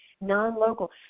non-local